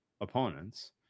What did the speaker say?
opponents